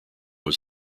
was